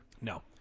No